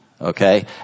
Okay